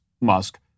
Musk